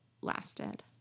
lasted